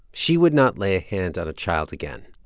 she would not lay a hand out a child again.